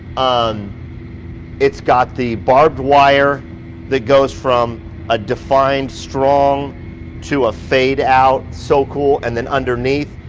um it's got the barbed wire that goes from a defined strong to a fade out. so cool and then underneath,